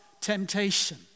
temptation